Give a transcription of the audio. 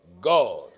God